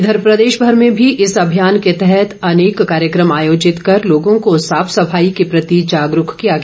इधर प्रदेश भर में भी इस अभियान के तहत अनेक कार्यकम आयोजित कर लोगों को साफ सफाई के प्रति जागरूक किया गया